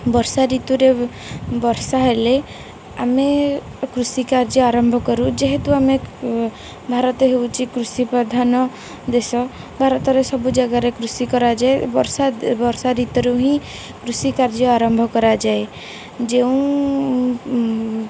ବର୍ଷା ଋତୁରେ ବର୍ଷା ହେଲେ ଆମେ କୃଷି କାର୍ଯ୍ୟ ଆରମ୍ଭ କରୁ ଯେହେତୁ ଆମେ ଭାରତ ହେଉଛି କୃଷି ପ୍ରଧାନ ଦେଶ ଭାରତରେ ସବୁ ଜାଗାରେ କୃଷି କରାଯାଏ ବର୍ଷା ବର୍ଷା ଋତୁରୁ ହିଁ କୃଷି କାର୍ଯ୍ୟ ଆରମ୍ଭ କରାଯାଏ ଯେଉଁ